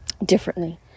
differently